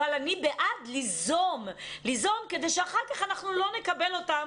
אבל אני בעד ליזום כדי שאחר כך אנחנו לא נקבל אותם